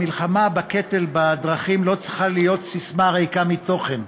המלחמה בקטל בדרכים לא צריכה להיות סיסמה ריקה מתוכן,